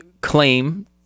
claim